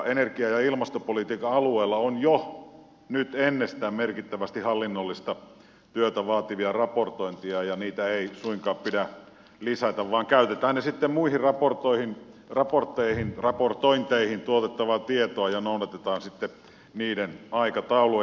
energia ja ilmastopolitiikan alueella on jo nyt ennestään merkittävästi hallinnollista työtä vaativia raportointeja ja niitä ei suinkaan pidä lisätä vaan käytetään sitten muihin raportointeihin tuotettavaa tietoa ja noudatetaan sitten niiden aikataulua